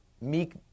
meek